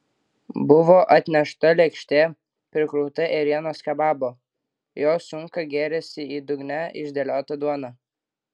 buvo atnešta lėkštė prikrauta ėrienos kebabo jo sunka gėrėsi į dugne išdėliotą duoną